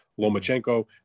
Lomachenko